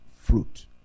fruit